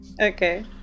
Okay